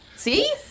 See